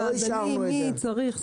לא אישרנו את זה.